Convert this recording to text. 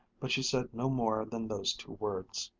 but she said no more than those two words.